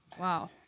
Wow